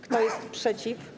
Kto jest przeciw?